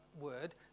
word